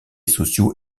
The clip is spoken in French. socio